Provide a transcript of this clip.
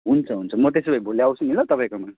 हुन्छ हुन्छ म त्यसो भए भोलि आउँछु नि ल तपाईँकोमा